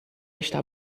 está